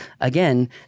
again